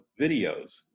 videos